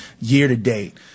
year-to-date